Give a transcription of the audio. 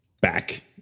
back